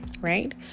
Right